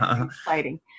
Exciting